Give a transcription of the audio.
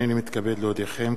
הנני מתכבד להודיעכם,